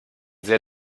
sehr